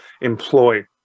employ